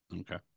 okay